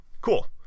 cool